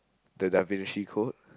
the Da-Vinci Code